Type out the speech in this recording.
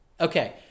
Okay